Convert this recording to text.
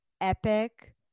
Epic